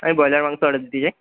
আমি ব্রয়লার মাংস অর্ডার দিতে চাই